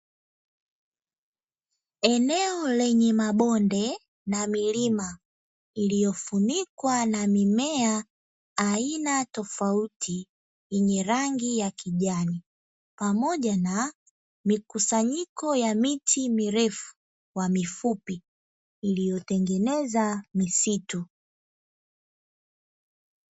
Eneo lenye mabonde na milima, iliyofunikwa na mimea aina tofauti yenye rangi ya kijani pamoja na mikusanyiko ya miti mirefu kwa mifupi iliyotengeneza misitu.